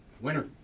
Winner